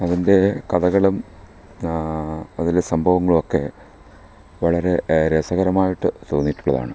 അതിൻ്റെ കഥകളും അതിലെ സംഭവങ്ങളുമൊക്കെ വളരെ രസകരമായിട്ട് തോന്നിയിട്ടുള്ളതാണ്